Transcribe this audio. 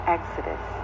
Exodus